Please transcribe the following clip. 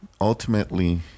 ultimately